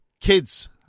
kids